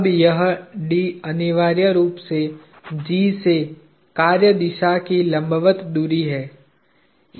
अब यह d अनिवार्य रूप से G से कार्य दिशा के लंबवत दूरी है